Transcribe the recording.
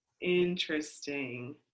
Interesting